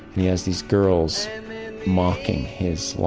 he has these girls mocking his line.